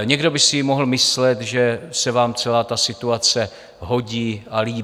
Někdo by si mohl myslet, že se vám celá ta situace hodí a líbí.